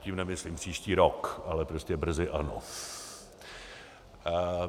Tím nemyslím příští rok, ale prostě brzy ano.